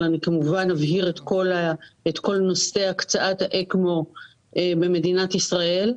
אבל אבהיר את כל נושא הקצאת האקמו במדינת ישראל.